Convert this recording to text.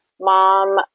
Mom